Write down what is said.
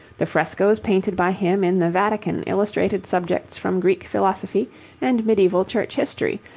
the frescoes painted by him in the vatican illustrated subjects from greek philosophy and medieval church history,